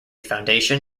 foundation